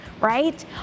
right